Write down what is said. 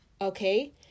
Okay